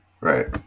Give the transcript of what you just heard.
Right